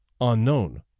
unknown